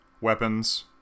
weapons